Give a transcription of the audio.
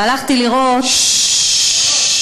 והלכתי לראות, ששש.